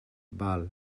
val